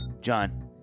John